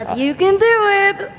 you can do it!